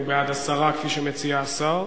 הוא בעד הסרה, כפי שמציע השר.